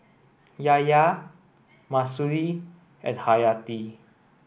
Yahya Mahsuri and Haryati